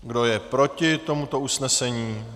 Kdo je proti tomuto usnesení?